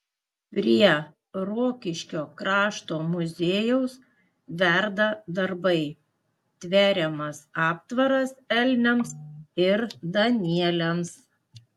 prie rokiškio krašto muziejaus verda darbai tveriamas aptvaras elniams ir danieliams